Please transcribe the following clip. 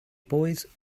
boys